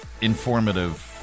informative